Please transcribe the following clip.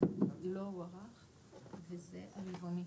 באמצע רבעון.